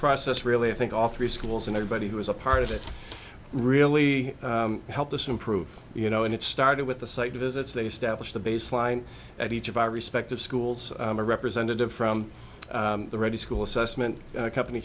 process really i think off three schools and everybody who was a part of it really helped us improve you know and it started with the site visits they stablish the baseline at each of our respective schools a representative from the reddy school assessment company